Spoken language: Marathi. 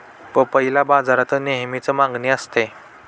पपईला बाजारात नेहमीच मागणी असते